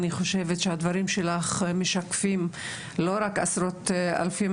אני חושבת שהדברים שלך משקפים לא רק עשרות אלפים,